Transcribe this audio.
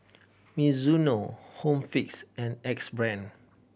Mizuno Home Fix and Axe Brand